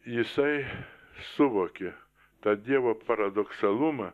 jisai suvokė tą dievo paradoksalumą